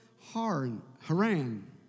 Haran